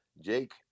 Jake